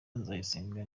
nzayisenga